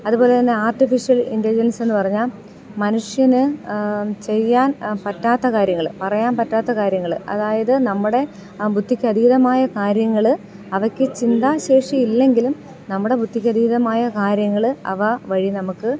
അതുപോലെ തന്നെ artificial intelligence എന്നു പറഞ്ഞാൽ മനുഷ്യന് ചെയ്യാൻ പറ്റാത്ത കാര്യങ്ങൾ പറയാൻ പറ്റാത്ത കാര്യങ്ങൾ അതായത് നമ്മുടെ ബുദ്ധിക്ക് അതീതമായ കാര്യങ്ങൾ അവയ്ക്ക് ചിന്താ ശേഷി ഇല്ലെങ്കിലും നമ്മുടെ ബുദ്ധിക്ക് അതീതമായ കാര്യങ്ങൾ അവ വഴി നമുക്ക്